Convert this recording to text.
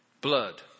blood